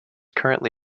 currently